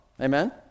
Amen